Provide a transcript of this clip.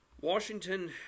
Washington